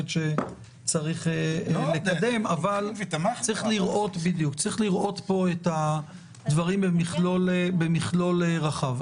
שצריך לקדם אבל צריך פה את הדברים במכלול רחב.